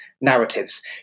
narratives